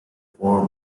before